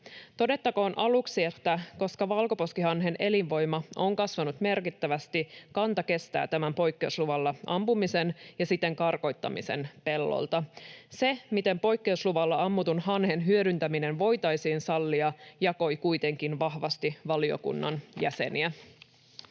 Todettakoon aluksi, että koska valkoposkihanhen elinvoima on kasvanut merkittävästi, kanta kestää tämän poikkeusluvalla ampumisen ja siten karkottamisen pelloilta. Se, miten poikkeusluvalla ammutun hanhen hyödyntäminen voitaisiin sallia, jakoi kuitenkin vahvasti valiokunnan jäseniä.